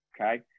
okay